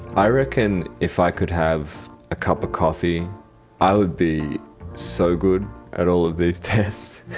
i reckon if i could have a cup of coffee i would be so good at all of these tests.